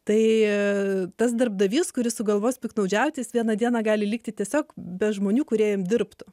tai tas darbdavys kuris sugalvos piktnaudžiaut jis vieną dieną gali likti tiesiog be žmonių kurie jam dirbtų